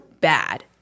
bad